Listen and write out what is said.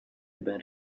ben